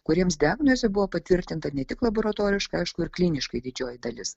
kuriems diagnozė buvo patvirtinta ne tik laboratoriškai aišku ir kliniškai didžioji dalis